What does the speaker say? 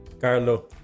Carlo